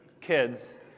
kids